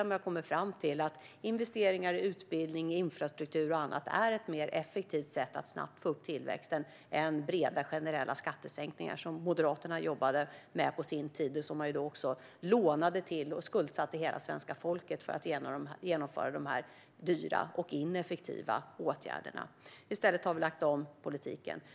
Man har kommit fram till att investeringar i utbildning, infrastruktur och annat är ett effektivare sätt att snabbt få upp tillväxten än breda och generella skattesänkningar, som Moderaterna jobbade med på sin tid. Dessutom lånade man till dessa skattesänkningar och skuldsatte hela svenska folket för att kunna vidta de här dyra och ineffektiva åtgärderna. Vi har i stället lagt om politiken.